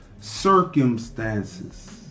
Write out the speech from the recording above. circumstances